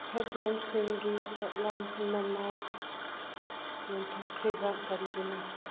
ꯐ꯭꯭ꯔꯦꯛꯅꯦꯟꯁꯁꯤꯡꯒꯤ ꯄꯣꯠꯂꯝ ꯄꯨꯝꯅꯃꯛ ꯌꯣꯟꯊꯣꯛꯈ꯭ꯔꯤꯕ ꯀꯔꯤꯒꯤꯅꯣ